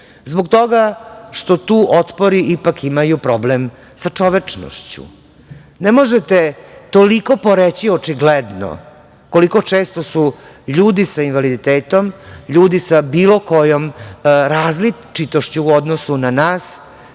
zbog toga što tu otpori ipak imaju problem za čovečnošću. Ne možete toliko poreći očigledno, koliko često su ljudi sa invaliditetom, ljudi sa bilo kojom različitošću u odnosu na nas,